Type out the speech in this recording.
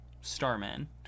starman